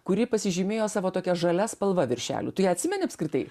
kuri pasižymėjo savo tokia žalia spalva viršelių tu ją atsimeni apskritai